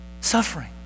suffering